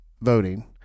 voting